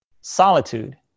Solitude